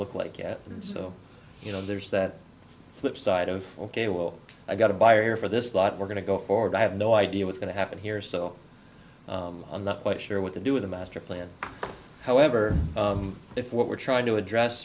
look like yet and so you know there's that flipside of a well i've got a buyer for this lot we're going to go forward i have no idea what's going to happen here so i'm not quite sure what to do with the master plan however if what we're trying to address